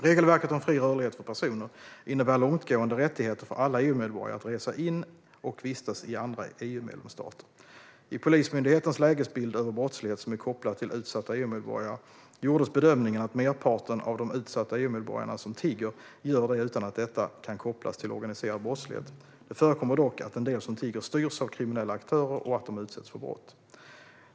Regelverket om fri rörlighet för personer innebär långtgående rättigheter för alla EU-medborgare att resa in och vistas i andra EU-medlemsstater. I Polismyndighetens lägesbild över brottslighet som är kopplad till utsatta EU-medborgare gjordes bedömningen att merparten av de utsatta EU-medborgare som tigger gör det utan att detta kan kopplas till organiserad brottslighet. Det förekommer dock att en del som tigger styrs av kriminella aktörer och att de utsätts för brott.